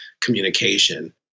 communication